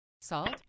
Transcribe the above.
salt